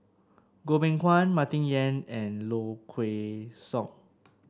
Goh Beng Kwan Martin Yan and Low Kway Song